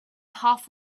half